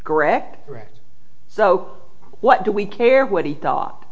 correct correct so what do we care what he thought